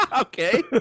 Okay